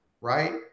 right